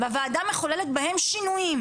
והוועדה מחוללת בהם שינויים,